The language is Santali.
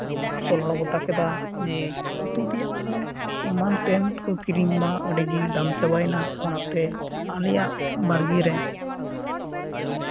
ᱥᱚᱞᱦᱟ ᱜᱚᱴᱟ ᱠᱮᱫᱟ ᱡᱮ ᱩᱛᱩ ᱛᱮᱭᱟᱜ ᱠᱚ ᱮᱢᱟᱱ ᱛᱮᱱ ᱠᱚ ᱠᱤᱨᱤᱧ ᱢᱟ ᱟᱹᱰᱤ ᱜᱮ ᱫᱟᱢ ᱪᱟᱵᱟᱭᱱᱟ ᱚᱱᱟᱛᱮ ᱟᱞᱮᱭᱟᱜ ᱵᱟᱲᱜᱮ ᱨᱮ